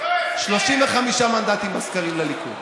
35 מנדטים בסקרים לליכוד.